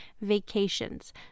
vacations